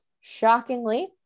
Shockingly